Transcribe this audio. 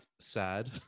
Sad